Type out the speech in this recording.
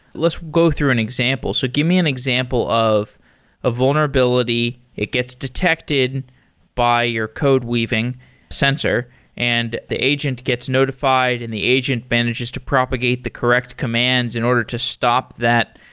let's go through an example. so give me an example of a vulnerability, it gets detected by your code weaving sensor and the agent gets notified and the agent manages to propagate the correct commands in order to stop that.